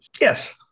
Yes